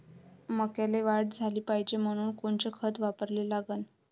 मक्याले वाढ झाली पाहिजे म्हनून कोनचे खतं वापराले लागन?